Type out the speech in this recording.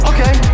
Okay